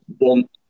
want